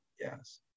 Yes